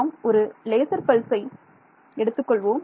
நாம் ஒரு laser pulse எடுத்துக்கொள்வோம்